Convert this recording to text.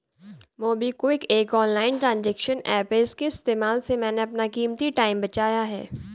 MobiKwik एक online transaction app है इसके इस्तेमाल से मैंने अपना कीमती टाइम बचाया है